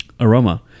Aroma